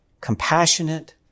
compassionate